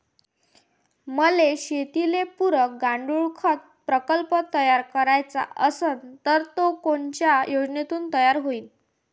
मले शेतीले पुरक गांडूळखत प्रकल्प तयार करायचा असन तर तो कोनच्या योजनेतून तयार होईन?